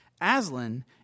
Aslan